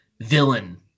villain